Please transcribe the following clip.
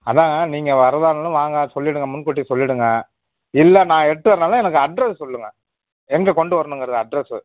அதாங்க நீங்க வர்றதா இருந்தாலும் வாங்க சொல்லிவிடுங்க முன்கூட்டி சொல்லிவிடுங்க இல்லை நான் எட்டு வர்றனாலும் எனக்கு அட்ரஸ் சொல்லுங்கள் எங்கள் கொண்டு வரணுங்கிறது அட்ரஸு